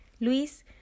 Luis